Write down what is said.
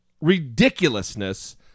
ridiculousness